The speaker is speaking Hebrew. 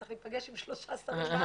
צריך להיפגש בארץ עם שלושה שרים.